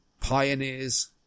Pioneers